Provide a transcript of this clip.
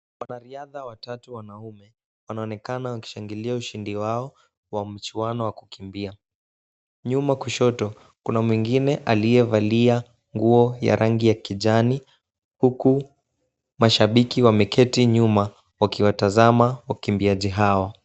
Wanariadha watatu wanaume, wanaonekana wakishangilia ushindi wao wa mchuano wa kukimbia. Nyuma kushoto kuna mwingine aliyevalia nguo ya rangi ya kijani, huku mashabiki wameketi nyuma wakiwatazama wakimbiaji hao.